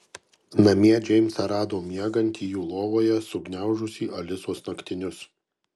namie džeimsą rado miegantį jų lovoje sugniaužusį alisos naktinius